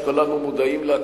שכולנו מודעים לה,